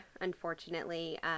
unfortunately